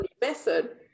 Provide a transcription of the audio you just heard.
method